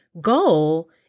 goal